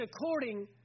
according